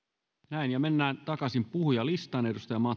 näin ja mennään takaisin puhujalistaan